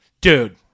dude